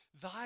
Thy